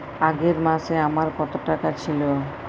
আগের মাসে আমার কত টাকা ছিল?